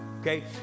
okay